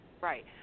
Right